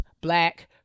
black